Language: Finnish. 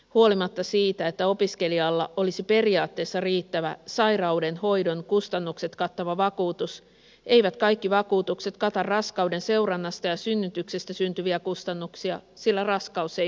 huolimatta siitä että opiskelijalla olisi periaatteessa riittävä sairauden hoidon kustannukset kattava vakuutus eivät kaikki vakuutukset kata raskauden seurannasta ja synnytyksestä syntyviä kustannuksia sillä raskaus ei ole sairaus